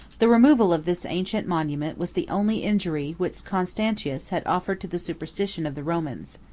the removal of this ancient monument was the only injury which constantius had offered to the superstition of the romans.